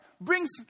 brings